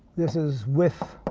this is with